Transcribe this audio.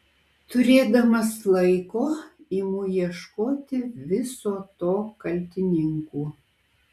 turėdamas laiko imu ieškoti viso to kaltininkų